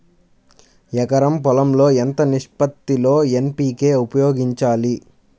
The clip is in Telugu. ఎకరం పొలం లో ఎంత నిష్పత్తి లో ఎన్.పీ.కే ఉపయోగించాలి?